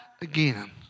again